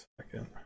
second